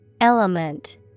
Element